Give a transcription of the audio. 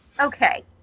Okay